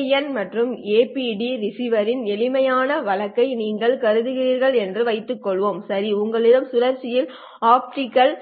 PIN மற்றும் APD ரிசீவரின் எளிமையான வழக்கை நீங்கள் கருதுகிறீர்கள் என்று வைத்துக்கொள்வோம் சரி உங்களிடம் சுழற்சியில் ஆப்டிகல்